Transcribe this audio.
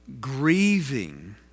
grieving